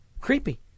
Creepy